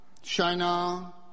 China